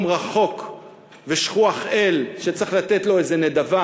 רחוק ושכוח-אל שצריך לתת לו איזה נדבה,